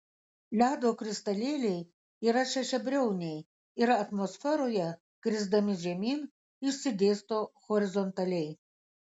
ledo kristalėliai yra šešiabriauniai ir atmosferoje krisdami žemyn išsidėsto horizontaliai